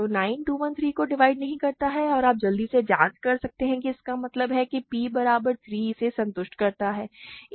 तो 9 213 को डिवाइड नहीं करता है आप जल्दी से जांच सकते हैं कि इसका मतलब है p बराबर 3 इसे संतुष्ट करता है